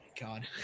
God